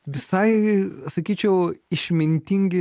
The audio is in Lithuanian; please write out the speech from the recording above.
visai sakyčiau išmintingi